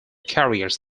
carriers